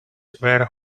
were